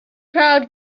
crowd